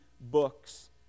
books